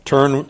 Turn